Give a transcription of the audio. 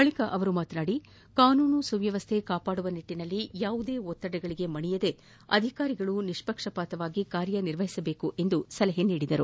ಬಳಿಕ ಅವರು ಮಾತನಾಡಿ ಕಾನೂನು ಸುವ್ವವಸ್ಥೆ ಕಾಪಾಡುವ ನಿಟ್ಟನಲ್ಲಿ ಯಾವುದೇ ಒತ್ತಡಗಳಿಗೆ ಮಣಿಯದೆ ಅಧಿಕಾರಿಗಳು ನಿಷ್ಪಕ್ಷಪಾತವಾಗಿ ಕಾರ್ಯನಿರ್ವಹಿಸುವಂತೆ ಸಲಹೆ ನೀಡಿದರು